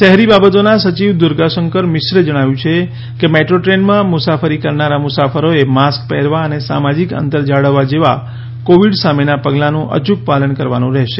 શહેરી બાબતોના સચિવ દુર્ગાશંકર મિશ્રે જણાવ્યું છે કે મેટ્રો ટ્રેનમાં મુસાફરી કરનાર મુસાફરોએ માસ્ક પહેરવા અને સામાજીક અંતર જાળવવા જેવા કોવીડ સામેના પગલાનું અયુક પાલન કરવાનું રહેશે